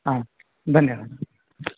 आं धन्यवादः